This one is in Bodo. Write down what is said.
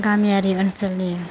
गामियारि ओनसोलनि